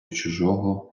чужого